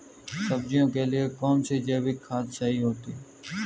सब्जियों के लिए कौन सी जैविक खाद सही होती है?